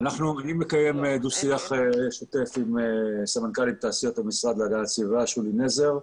אני מקיים דו שיח שוטף עם סמנכ"לית תעשיות במשרד להגנת הסביבה שולי נזר,